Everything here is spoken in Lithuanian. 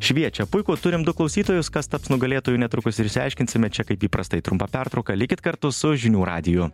šviečia puiku turim du klausytojus kas taps nugalėtoju netrukus ir išsiaiškinsime čia kaip įprastai trumpa pertrauka likit kartu su žinių radiju